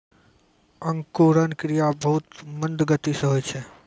अंकुरन क्रिया बहुत मंद गति सँ होय छै